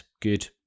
good